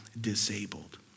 disabled